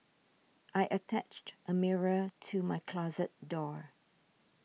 I attached a mirror to my closet door